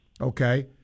okay